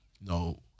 no